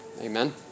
Amen